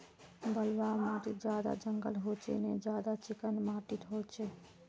बलवाह माटित ज्यादा जंगल होचे ने ज्यादा चिकना माटित होचए?